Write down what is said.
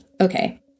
Okay